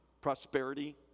prosperity